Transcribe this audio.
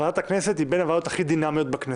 ועדת הכנסת היא בין הוועדות הכי דינמיות בכנסת,